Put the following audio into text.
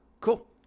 Cool